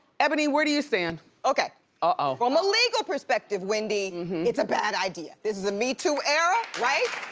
eboni where do you stand? okay ah from a legal perspective wendy it's a bad idea, this is a me too era right?